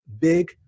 Big